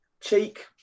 Cheek